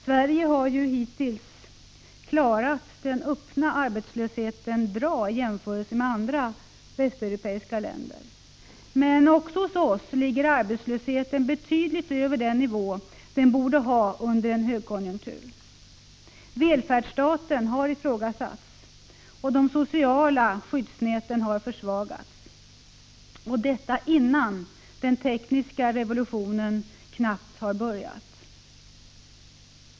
Sverige har hittills klarat den öppna arbetslösheten bra i jämförelse med andra västeuropeiska länder. Men också hos oss ligger arbetslösheten betydligt över den nivå den borde ha under en högkonjunktur. Välfärdsstaten har ifrågasatts, och de sociala skyddsnäten har försvagats — detta innan den tekniska revolutionen knappt har börjat.